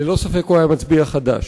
ללא ספק הוא היה מצביע חד"ש,